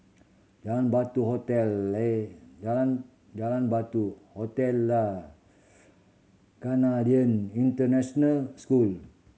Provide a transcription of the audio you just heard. Jalan Batu Hotel Jalan Jalan Batu Hotel Lah Canadian International School